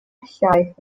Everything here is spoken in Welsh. llaeth